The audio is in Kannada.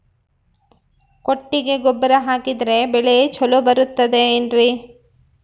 ಕೊಟ್ಟಿಗೆ ಗೊಬ್ಬರ ಹಾಕಿದರೆ ಬೆಳೆ ಚೊಲೊ ಬರುತ್ತದೆ ಏನ್ರಿ?